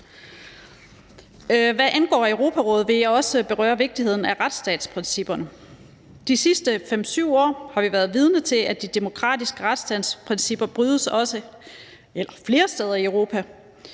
Hvad angår Europarådet, vil jeg også berøre vigtigheden af retsstatsprincipperne. De sidste 5-7 år har vi været vidne til, at de demokratiske retsstatsprincipper brydes flere steder i Europa.